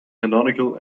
canonical